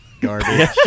garbage